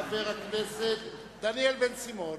חבר הכנסת דניאל בן-סימון.